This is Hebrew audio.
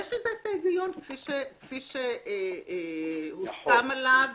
יש לזה את ההיגיון כפי שהוסכם עליו,